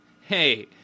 hey